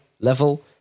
level